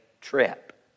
trip